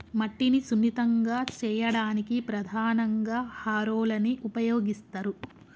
మట్టిని సున్నితంగా చేయడానికి ప్రధానంగా హారోలని ఉపయోగిస్తరు